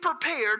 prepared